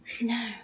no